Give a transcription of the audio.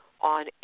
on